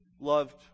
loved